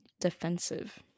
Defensive